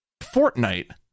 Fortnite